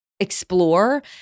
explore